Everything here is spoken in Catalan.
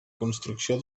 construcció